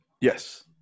Yes